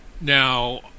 Now